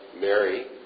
Mary